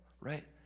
right